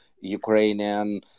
Ukrainian